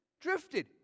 drifted